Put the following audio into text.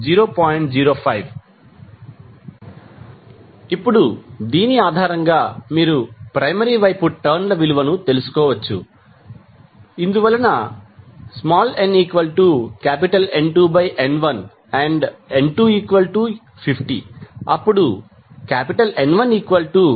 05 ఇప్పుడు దీని ఆధారంగా మీరు ప్రైమరీ వైపు టర్న్ ల విలువను తెలుసుకోవచ్చు ఇందువలన nN2N1 and N250 అప్పుడు N1500